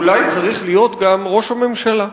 אולי צריך להיות גם ראש הממשלה.